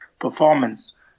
performance